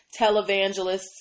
televangelists